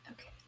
Okay